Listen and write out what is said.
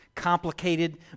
complicated